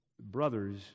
Brothers